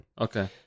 Okay